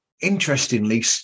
interestingly